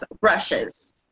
brushes